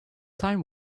time